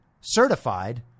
certified